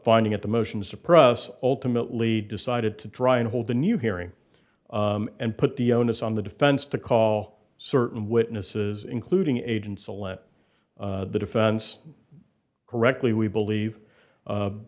finding at the motions suppress ultimately decided to try and hold a new hearing and put the onus on the defense to call certain witnesses including agents a let the defense correctly we believe